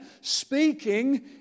speaking